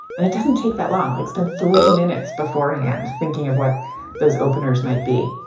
and it doesn't take that long. like it's been three minutes beforehand. thinking of what those openers might be